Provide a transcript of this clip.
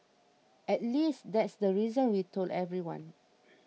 at least that's the reason we told everyone